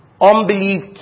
unbelief